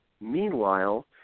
meanwhile